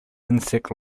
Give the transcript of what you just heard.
insect